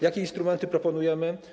Jakie instrumenty proponujemy?